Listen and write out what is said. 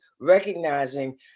recognizing